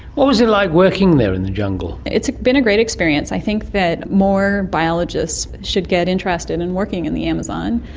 what was it like working there in the jungle? it's been a great experience. i think that more biologists should get interested in working in the amazon.